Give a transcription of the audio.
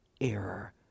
error